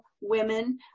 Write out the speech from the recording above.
women